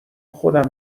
خودم